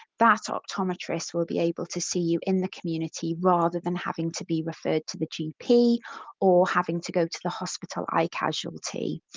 that optometrist will be able to see you in the community, rather than having to be referred to the gp or having to go to the hospital eye casualty.